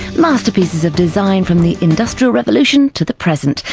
masterpieces of design from the industrial revolution to the present.